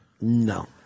No